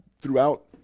throughout